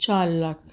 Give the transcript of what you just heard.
चार लाख